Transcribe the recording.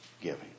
giving